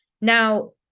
Now